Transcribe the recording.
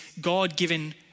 God-given